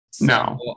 No